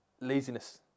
laziness